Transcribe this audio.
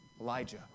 Elijah